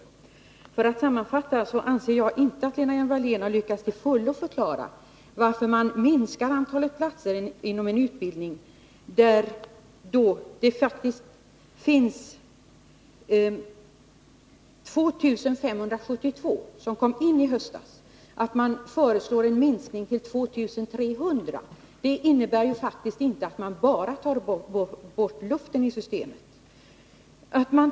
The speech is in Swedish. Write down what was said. Sammanfattningsvis vill jag säga att jag inte anser att Lena Hjelm-Wallén till fullo har lyckats förklara varför man inom en utbildning till vilken 2 572 sökande antogs i höstas nu föreslår en minskning av antalet platser till 2 300. Det innebär faktiskt inte att man bara tar bort ”luften” i systemet.